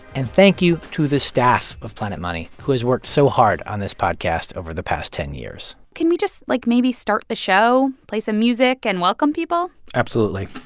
and thank you to the staff of planet money, who has worked so hard on this podcast over the past ten years can we just, like, maybe start the show, play some music and welcome people? absolutely.